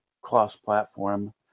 cross-platform